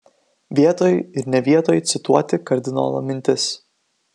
vietoj ir ne vietoj cituoti kardinolo mintis